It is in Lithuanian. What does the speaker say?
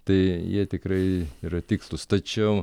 tai jie tikrai yra tikslus tačiau